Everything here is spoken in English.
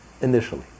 Initially